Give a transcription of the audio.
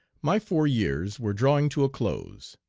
my four years were drawing to a close.